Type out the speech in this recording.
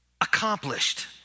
accomplished